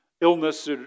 illness